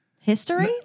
history